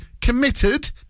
committed